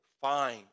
fine